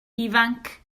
ifanc